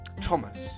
Thomas